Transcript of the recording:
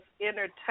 Entertainment